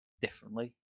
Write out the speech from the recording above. differently